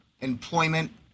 employment